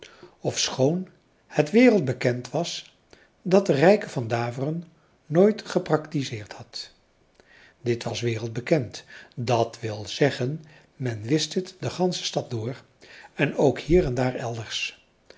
ofschoon het wereldbekend was dat de rijke van daveren nooit gepraktizeerd had dit was wereldbekend dat wil zeggen men wist het de gansche stad door en ook hier en daar elders